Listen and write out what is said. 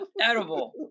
edible